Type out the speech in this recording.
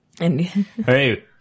Hey